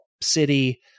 city